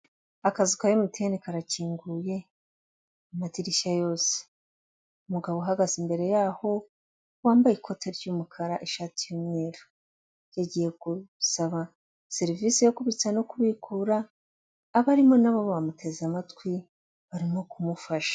Akazu ka emutiyene karakinguye amadirishya yose, umugabo uhagaze imbere yaho wambaye ikote ry'umukara, ishati yumweru, yagiye gusaba serivisi yo kubitsa no kubikura, abarimo nabo bamuteze amatwi barimo kumufasha.